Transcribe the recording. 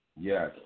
Yes